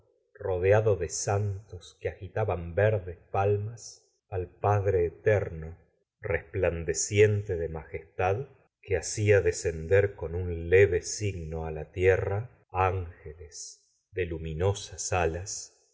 rodeado de santos que agitaban verdes palmas al p adre eterno resplandeciente de majestad que hacia descender con un leve signo á la tierra ángeles de luminosas alas